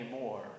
more